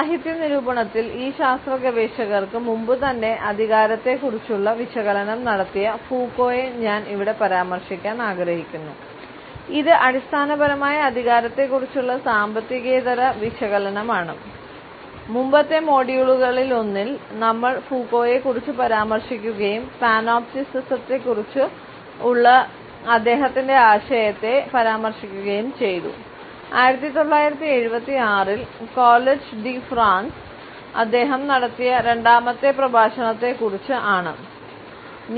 സാഹിത്യ നിരൂപണത്തിൽ ഈ ശാസ്ത്ര ഗവേഷകർക്ക് മുമ്പുതന്നെ അധികാരത്തെക്കുറിച്ചുള്ള വിശകലനം നടത്തിയ ഫൂക്കോയെ അദ്ദേഹം നടത്തിയ രണ്ടാമത്തെ പ്രഭാഷണത്തെക്കുറിച്ച് ആണ്